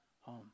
home